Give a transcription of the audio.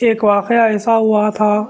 ایک واقعہ ایسا ہوا تھا